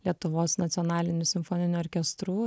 lietuvos nacionaliniu simfoniniu orkestru